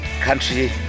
country